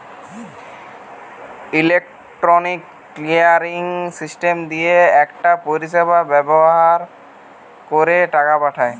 electronic clearing system দিয়ে একটা পরিষেবা ব্যাভার কোরে টাকা পাঠায়